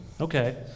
okay